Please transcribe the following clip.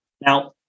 Now